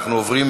אנחנו עוברים,